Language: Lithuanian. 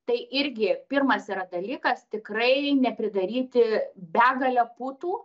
tai irgi pirmas dalykas tikrai nepridaryti begalę putų